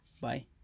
Bye